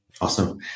Awesome